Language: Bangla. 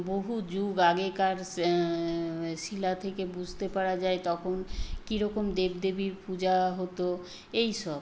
বহু যুগ আগেকার শিলা থেকে বুঝতে পারা যায় তখন কী রকম দেব দেবীর পূজা হতো এই সব